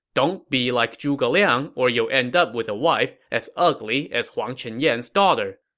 don't be like zhuge liang, or you'll end up with a wife as ugly as huang chenyan's daughter.